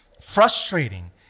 frustrating